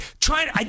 trying